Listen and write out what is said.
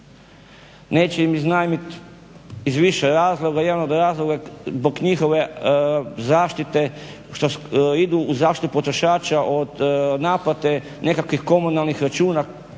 Neće im iznajmiti iz više razloga i onog razloga zbog njihove zaštite što idu u zaštitu potrošača od naplate nekakvih komunalnih računa